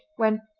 when,